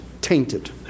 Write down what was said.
tainted